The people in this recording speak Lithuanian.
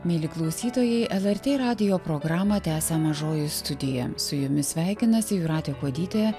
mieli klausytojai lrt radijo programą tęsia mažoji studija su jumis sveikinasi jūratė kuodytė